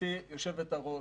גברתי היושבת-ראש,